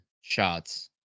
shots